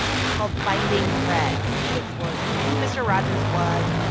it's called finding fred. it explores who mister rogers was,